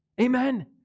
Amen